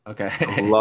Okay